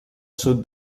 sud